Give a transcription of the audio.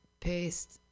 paste